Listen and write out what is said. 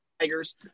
Tigers